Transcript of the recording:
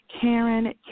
Karen